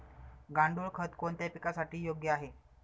गांडूळ खत कोणत्या पिकासाठी योग्य आहे?